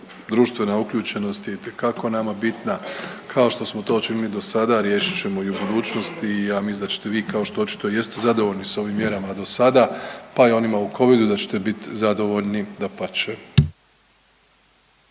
Društvena uključenost je itekako nama bitna. Kao što smo to činili do sada, riješit ćemo i u budućnosti i ja mislim da ćete vi kao što očito jeste zadovoljni sa ovim mjerama do sada pa i onima u covidu da ćete biti zadovoljni. Dapače.